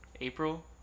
April